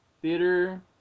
theater